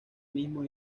mismo